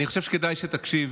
אני חושב שכדאי שתקשיב,